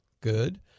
good